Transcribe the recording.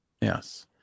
yes